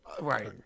Right